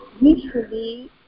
usually